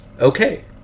Okay